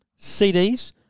CDs